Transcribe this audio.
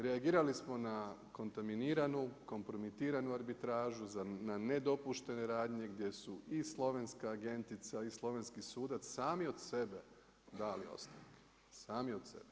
Reagirali smo na kontaminiranu, kompromitiranu arbitražu na nedopuštene radnje gdje su i slovenska agentica i slovenski sudac sami od sebe dali ostavke, sami od sebe.